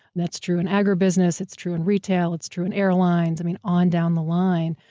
that's true in agri-business, it's true in retail, it's true in airlines, i mean, on down the line.